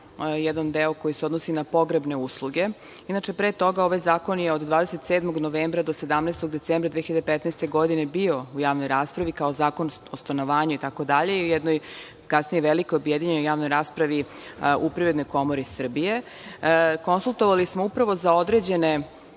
jedan deo koji se odnosi na pogrebne usluge. Inače, pre toga, ovaj zakon je od 27. novembra do 17. decembra 2015. godine bio u javnoj raspravi kao zakon o stanovanju itd, i u jednoj kasnijoj velikoj objedinjenoj javnoj raspravi u Privrednoj komori Srbije, konsultovali smo za određene,